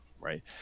right